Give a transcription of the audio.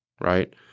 right